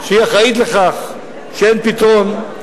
שהיא אחראית לכך שאין פתרון,